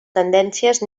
tendències